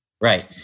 right